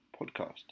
podcast